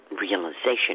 realization